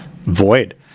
void